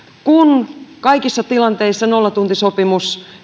kun joissakin tilanteissa nollatuntisopimus